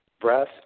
Breath